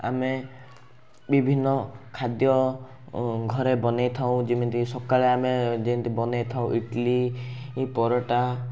ଆମେ ବିଭିନ୍ନ ଖାଦ୍ୟ ଘରେ ବନେଇଥାଉ ଯେମିତିକି ସକାଳେ ଆମେ ଯେମିତି ବନେଇଥାଉ ଇଟିଲି ପରଟା